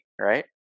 right